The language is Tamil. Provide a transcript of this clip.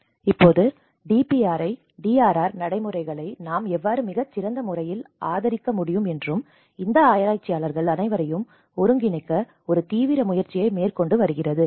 இப்போது DPRI DRR நடைமுறைகளை நாம் எவ்வாறு மிகச் சிறந்த முறையில் ஆதரிக்க முடியும் என்றும் இந்த ஆராய்ச்சியாளர்கள் அனைவரையும் ஒன்றிணைக்க ஒரு தீவிர முயற்சியை மேற்கொண்டு வருகிறது